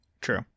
True